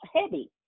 heavy